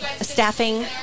staffing